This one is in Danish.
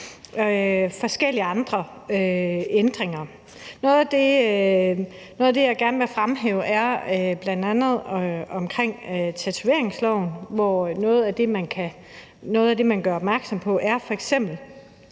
og loven om tobak. Noget af det, jeg gerne vil fremhæve, er bl.a. det omkring tatoveringsloven, hvor noget af det, man gør opmærksom på, f.eks.